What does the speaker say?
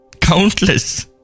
countless